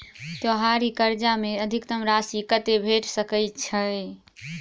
त्योहारी कर्जा मे अधिकतम राशि कत्ते भेट सकय छई?